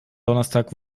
donnerstag